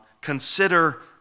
consider